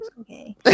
Okay